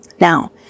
Now